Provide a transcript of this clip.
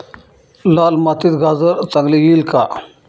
लाल मातीत गाजर चांगले येईल का?